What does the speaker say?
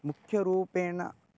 मुख्यरूपेण